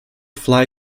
fly